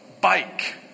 bike